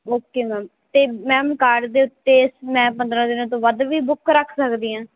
okay ma'am ਅਤੇ ma'am card ਦੇ ਉੱਤੇ ਮੈਂ ਪੰਦਰ੍ਹਾਂ ਦਿਨਾਂ ਤੋਂ ਵੱਧ ਵੀ ਬੁੱਕ ਰੱਖ ਸਕਦੀ ਹਾਂ